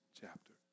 chapter